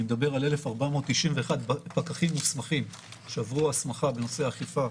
אני מדבר על 1,491 פקחים מוסמכים שעברו הסמכה בנושא אכיפה,